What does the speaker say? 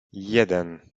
jeden